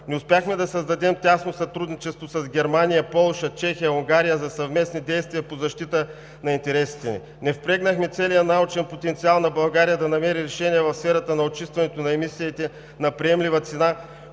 Не успяхме да създадем тясно сътрудничество с Германия, Полша, Чехия, Унгария за съвместни действия по защита на интересите ни. Не впрегнахме целия научен потенциал на България да намери решение в сферата на очистването на емисиите на приемлива цена,